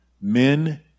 Men